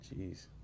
Jeez